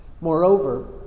Moreover